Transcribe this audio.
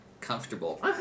comfortable